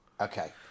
Okay